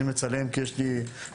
אני מצלם כי יש לי נזקים.